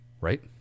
Right